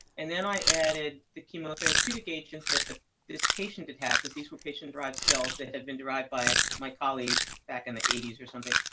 and then i added the chemotherapeutic agent that this patient had had because these were patient-derived cells that had been derived by my colleague back in the eighty s or something.